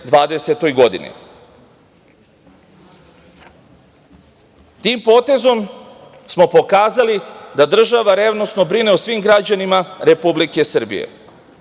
2020. godini. Tim potezom smo pokazali da država revnosno brine o svom građanima Republike Srbije.